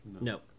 No